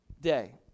day